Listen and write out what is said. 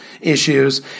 issues